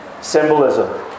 symbolism